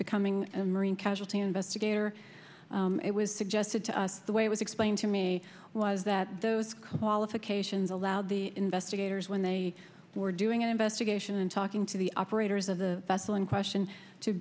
becoming a marine casualty investigator it was suggested to us the way it was explained to me was that those qualifications allowed the investigators when they were doing an investigation and talking to the operators of the vessel in question to